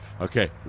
okay